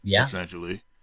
essentially